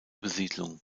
besiedlung